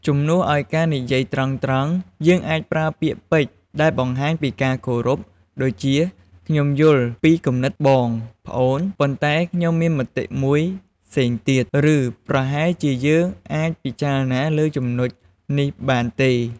ជំនួសឲ្យការនិយាយត្រង់ៗ យើងអាចប្រើពាក្យពេចន៍ដែលបង្ហាញពីការគោរព ដូចជា "ខ្ញុំយល់ពីគំនិតបង/ប្អូន ប៉ុន្តែខ្ញុំមានមតិមួយផ្សេងទៀត" ឬ "ប្រហែលជាយើងអាចពិចារណាលើចំណុចនេះបានទេ?"។